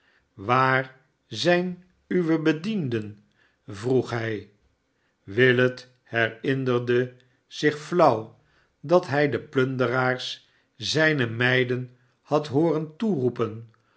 waar zijnuwebedienden vroeg hij willet herinnerde zich flauw dat hij de plunderaars zijnemeiden had hooren toeroepen